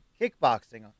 kickboxing